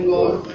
Lord